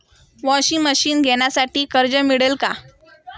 Washing machine घेण्यासाठी कर्ज मिळेल का?